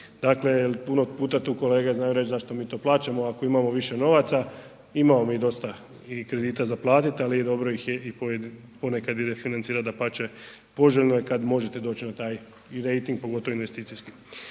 Dakle jer puno puta tu kolege znaju reći zašto mi to plaćamo ako imamo više novaca, imamo mi dosta i kredita za platiti, ali dobro ih je i ponekad refinancirati, dapače, poželjno je kad možete doći na taj rejting, pogotovo investicijski.